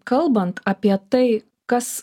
kalbant apie tai kas